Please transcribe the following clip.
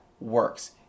works